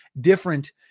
different